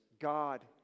God